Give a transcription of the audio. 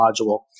module